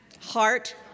heart